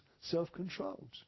self-controlled